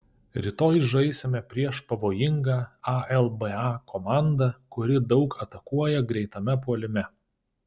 rytoj žaisime prieš pavojingą alba komandą kuri daug atakuoja greitame puolime